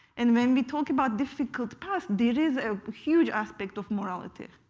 and when we talk about difficult past, there is a huge aspect of morality.